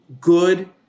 Good